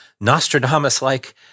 Nostradamus-like